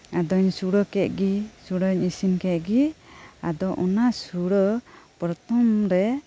ᱟᱫᱚᱧ ᱥᱩᱲᱟᱹ ᱠᱮᱫᱜᱤ ᱥᱩᱲᱟᱹᱧ ᱤᱥᱤᱱ ᱠᱮᱫᱜᱤ ᱟᱫᱚ ᱚᱱᱟ ᱥᱩᱲᱟᱹ ᱯᱚᱨᱛᱷᱚᱢ ᱨᱮ